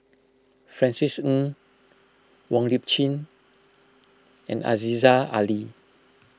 Francis Ng Wong Lip Chin and Aziza Ali